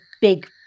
big